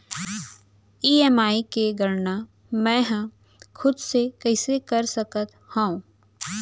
EMI के गड़ना मैं हा खुद से कइसे कर सकत हव?